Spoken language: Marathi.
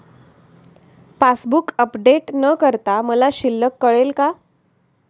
पासबूक अपडेट न करता मला शिल्लक कळेल का?